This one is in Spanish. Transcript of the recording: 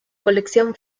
colección